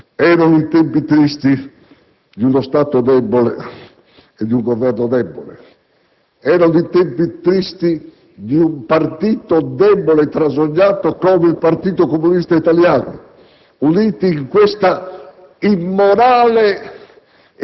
Erano i tempi tristi di uno Stato debole e di un Governo debole. Erano i tempi tristi di un partito debole e trasognato come il Partito comunista italiano, unito in questa immorale